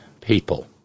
people